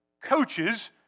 Coaches